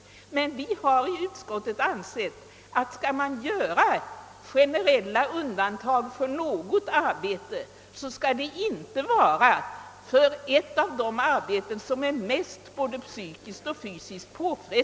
Inom utskottet har vi emellertid ansett, att om man gör generella undantag för något arbete, så skall det inte vara för ett av de arbeten, som är mest påfrestande både psykiskt och fysiskt.